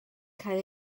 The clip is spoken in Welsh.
cael